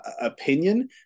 opinion